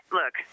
look